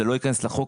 זה לא ייכנס לחוק,